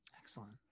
Excellent